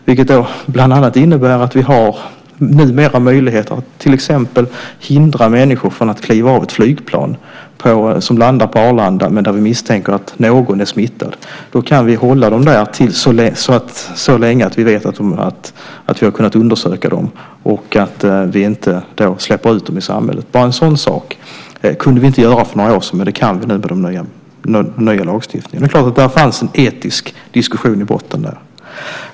Det innebär bland annat att vi numera har möjlighet att till exempel hindra människor från att kliva av ett flygplan som landar på Arlanda om man misstänker att någon är smittad. Vi kan hålla dem där tills vi har hunnit undersöka dem. Vi släpper inte ut dem i samhället. Bara en sådan sak kunde vi inte göra för några år sedan. Det kan vi nu med den nya lagstiftningen. Där fanns en etisk diskussion i botten.